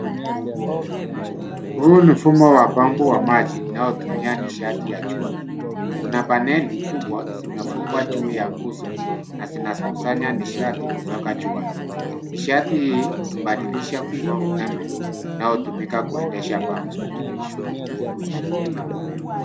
Huu ni mfumo wa pampu wa maji, inayotumia nishati ya jua. Kuna paneli kubwa, zimefungwa juu ya nguzo na zinakusanya nishati kutoka jua. Nishati hii, hubadilisha kuwa umeme, unaotumika kuendesha pambo.